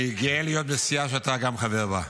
אני גאה להיות בסיעה שאתה גם חבר בה.